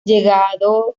llegando